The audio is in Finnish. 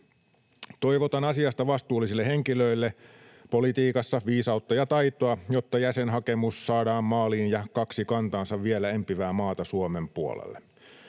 Toivotan asiasta vastuullisille henkilöille politiikassa viisautta ja taitoa, jotta jäsenhakemus saadaan maaliin ja kaksi kantaansa vielä empivää maata Suomen puolelle.